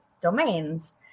domains